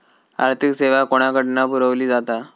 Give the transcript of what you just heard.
आर्थिक सेवा कोणाकडन पुरविली जाता?